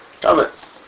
Comments